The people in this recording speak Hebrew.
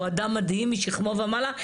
הוא אדם מדהים, משכמו ומעלה.